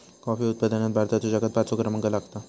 coffee उत्पादनात भारताचो जगात पाचवो क्रमांक लागता